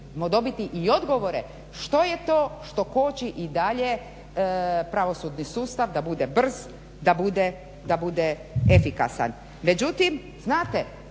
ćemo dobiti i odgovore što je to što koči i dalje pravosudni sustav da bude brz, da bude efikasan.